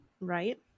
right